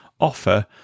offer